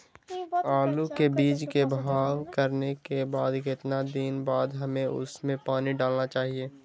आलू के बीज के भाव करने के बाद कितने दिन बाद हमें उसने पानी डाला चाहिए?